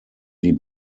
die